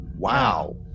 Wow